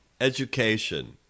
Education